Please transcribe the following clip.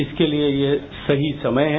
इसके लिए यह सही समय है